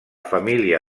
família